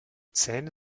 zähne